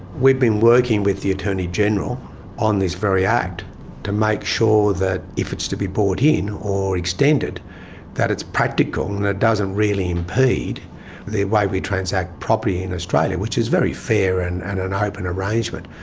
we've been working with the attorney general on this very act to make sure that if it's to be brought in or extended that it's practical and it doesn't really impede the way we transact property in australia, which is very fair and and an open arrangement.